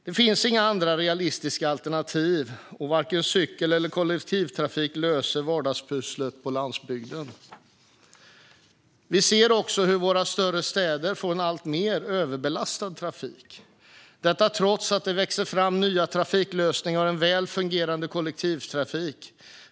Det finns inga andra realistiska alternativ, och varken cykel eller kollektivtrafik löser vardagspusslet på landsbygden. Vi ser också hur våra större städer får en alltmer överbelastad trafik, och detta trots att det växer fram nya trafiklösningar och en väl fungerande kollektivtrafik.